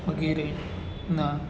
વગેરેના